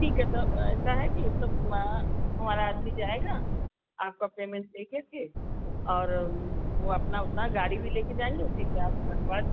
ठीक है तो ऐसा है कि हमारा आदमी जाएगा आपका पेमेंट लेकर फिर और वह अपना अपना गाड़ी भी लेकर जाएँगे उसी पर आप रखवा दीजिए